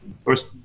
First